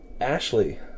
Ashley